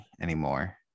anymore